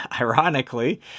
ironically